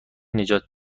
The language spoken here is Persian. نجات